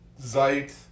Zeit